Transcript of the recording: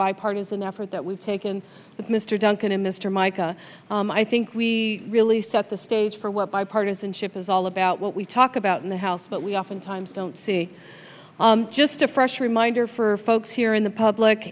bipartisan effort that we've taken with mr duncan and mr mica i think we really set the stage for what bipartisanship is all about what we talk about in the house but we oftentimes don't see just a fresh reminder for folks here in the public